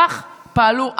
כך פעלו אז.